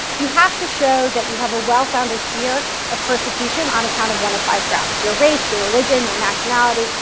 you have to show that you have a well-founded fear of persecution on account of one of five grounds your race, your religion, your nationality,